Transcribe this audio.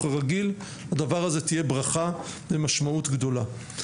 הרגיל לדבר הזה תהיה ברכה ומשמעות גדולה.